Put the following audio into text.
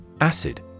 Acid